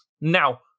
Now